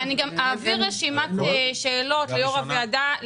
ואני גם אעביר רשימת שאלות ליו"ר הוועדה,